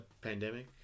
pandemic